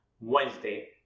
Wednesday